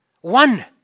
One